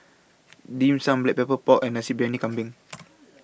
Dim Sum Black Pepper Pork and Nasi Briyani Kambing